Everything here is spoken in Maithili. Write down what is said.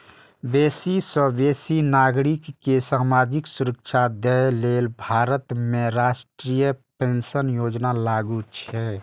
बेसी सं बेसी नागरिक कें सामाजिक सुरक्षा दए लेल भारत में राष्ट्रीय पेंशन योजना लागू छै